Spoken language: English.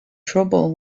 trouble